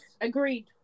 Agreed